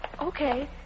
Okay